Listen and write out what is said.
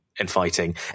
infighting